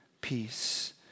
peace